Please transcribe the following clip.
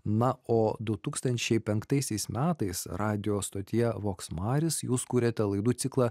na o du tūkstančiai penktaisiais metais radijo stotyje voks maris jūs kūrėte laidų ciklą